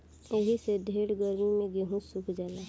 एही से ढेर गर्मी मे गेहूँ सुख जाला